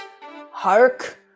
hark